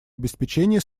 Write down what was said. обеспечения